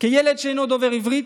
כילד שאינו דובר עברית,